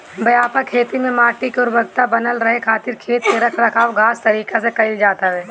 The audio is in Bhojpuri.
व्यापक खेती में माटी के उर्वरकता बनल रहे खातिर खेत के रख रखाव खास तरीका से कईल जात हवे